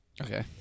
Okay